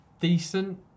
decent